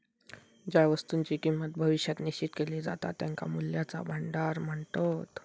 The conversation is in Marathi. ज्या वस्तुंची किंमत भविष्यात निश्चित केली जाता त्यांका मूल्याचा भांडार म्हणतत